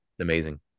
Amazing